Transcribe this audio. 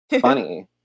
funny